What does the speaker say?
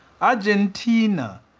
Argentina